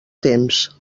temps